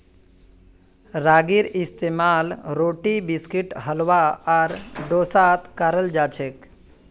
रागीर इस्तेमाल रोटी बिस्कुट हलवा आर डोसात कराल जाछेक